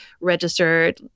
registered